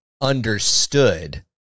understood